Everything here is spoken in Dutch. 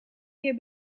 hier